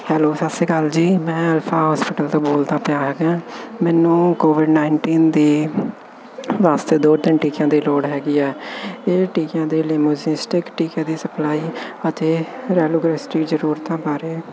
hello ਸਤਿ ਸ਼੍ਰੀ ਅਕਾਲ ਜੀ ਮੈਂ ਅਲਫਾ ਹੋਸਪਿਟਲ ਤੋਂ ਬੋਲਦਾ ਪਿਆ ਹੈਗਾ ਮੈਨੂੰ ਕੋਵਿਡ ਨਾਈਨਟੀਨ ਦੇ ਵਾਸਤੇ ਦੋ ਤਿੰਨ ਟੀਕਿਆਂ ਦੀ ਲੋੜ ਹੈਗੀ ਹੈ ਇਹ ਟੀਕਿਆਂ ਦੇ ਲਈ ਮੋਸਿਸਟਿਕ ਟੀਕੇ ਦੀ ਸਪਲਾਈ ਅਤੇ ਰੈਲੋਗਰੈਸ ਦੀ ਜ਼ਰੂਰਤਾਂ ਪਾ ਰਿਹਾ